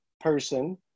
person